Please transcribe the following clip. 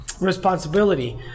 responsibility